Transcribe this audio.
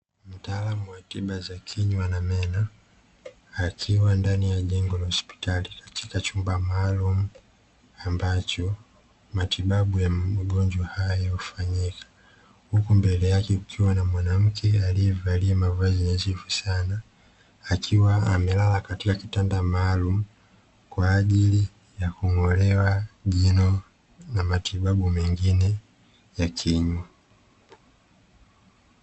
Mtaalamu wa tiba za kinywa na meno, akiwa ndani ya jengo la hospitali katika chumba maalumu ambacho matibabu ya mgonjwa hufanyika, huku mbele yake kukiwa na mwanamke aliyevalia mavazi nadhifu sana, akiwa amelala katika kitanda maalumu kwa ajili ya kung’olewa jino na matibabu mengine ya kinywa.